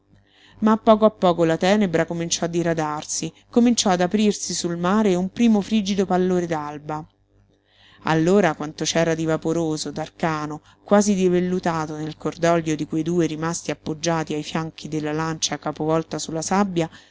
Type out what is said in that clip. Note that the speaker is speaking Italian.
a poco a poco la tenebra cominciò a diradarsi cominciò ad aprirsi sul mare un primo frigido pallore d'alba allora quanto c'era di vaporoso d'arcano quasi di vellutato nel cordoglio di quei due rimasti appoggiati ai fianchi della lancia capovolta su la sabbia